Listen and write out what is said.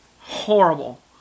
horrible